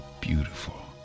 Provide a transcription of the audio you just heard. beautiful